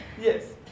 Yes